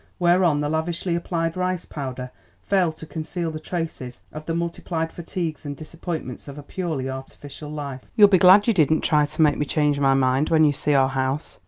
whereon the lavishly applied rice powder failed to conceal the traces of the multiplied fatigues and disappointments of a purely artificial life. you'll be glad you didn't try to make me change my mind when you see our house,